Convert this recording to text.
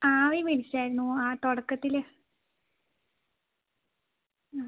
ആവി പിടിച്ചായിരുന്നു ആ തുടക്കത്തിൽ ആ